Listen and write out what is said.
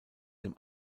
dem